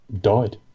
died